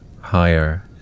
higher